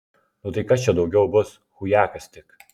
nu tai kas čia daugiau bus chujakas tik